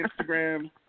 Instagram